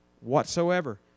Whatsoever